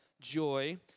joy